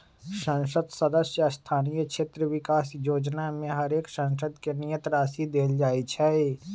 संसद सदस्य स्थानीय क्षेत्र विकास जोजना में हरेक सांसद के नियत राशि देल जाइ छइ